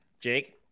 Jake